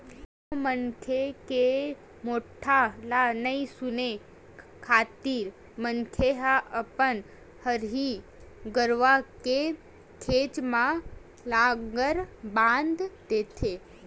कोनो मनखे के मोठ्ठा ल नइ सुने खातिर मनखे ह अपन हरही गरुवा के घेंच म लांहगर बांधे देथे